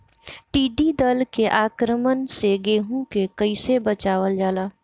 टिडी दल के आक्रमण से गेहूँ के कइसे बचावल जाला?